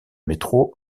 métro